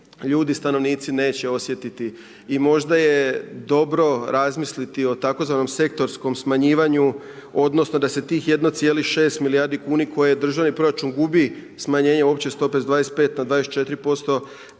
ljudi, stanovnici neće osjetiti. I možda je dobro razmisliti o tzv. sektorskom smanjivanju, odnosno da se tih 1,6 milijardi kuna koji je državni proračun gubi smanjenje opće stope s 25 na 24%,